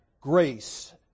grace